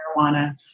marijuana